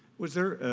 was there,